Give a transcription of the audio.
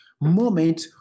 moment